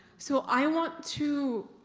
so i want to